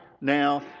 now